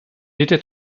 était